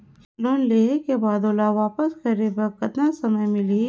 Loan लेहे के बाद ओला वापस करे बर कतना समय मिलही?